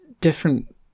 different